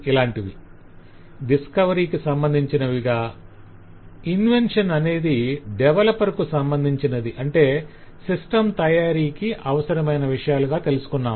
ఇలాంటివి డిస్కవరీకి సంబంధించినవిగా ఇన్వెన్షన్ అనేది డెవలపర్ కు సంబంధించినది - అంటే సిస్టం తయారికి అవసరమైన విషయాలుగా తెలుసుకున్నాం